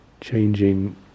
changing